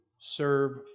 serve